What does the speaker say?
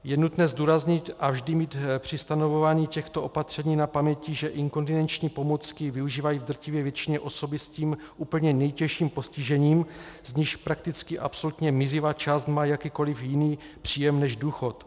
Je nutné zdůraznit a vždy mít při stanovování těchto opatření na paměti, že inkontinenční pomůcky využívají v drtivé většině osoby s tím úplně nejtěžším postižením, z nichž prakticky absolutně mizivá část má jakýkoliv jiný příjem než důchod.